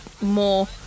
more